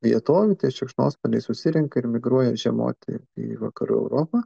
vietovių šikšnosparniai susirenka ir migruoja žiemoti į vakarų europą